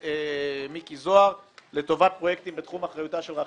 מיקי זוהר לטובת פרויקטים בתחום אחריותה של רח"ל.